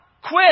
Quit